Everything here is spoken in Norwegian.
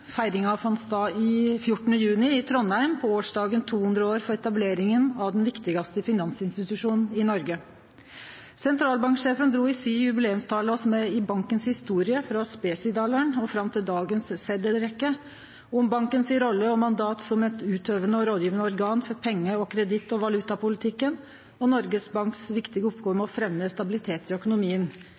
Feiringa fann stad den 14. juni i Trondheim, på dagen 200 år etter etableringa av den viktigaste finansinstitusjonen i Noreg. Sentralbanksjefen drog oss i jubileumstalen med i historia til banken frå spesidalaren fram til dagens setelrekkje, om bankens rolle og mandat som utøvande og rådgjevande organ for pengar, kreditt og valutapolitikken til Noregs Banks viktige oppgåve med å fremje stabilitet i økonomien